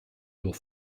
nur